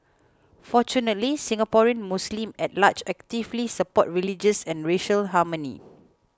fortunately Singaporean Muslims at large actively support religious and racial harmony